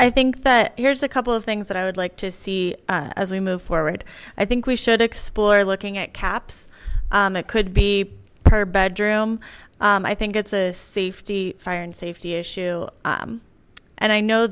i think that here's a couple of things that i would like to see as we move forward i think we should explore looking at caps it could be her bedroom i think it's a safety fire and safety issue and i know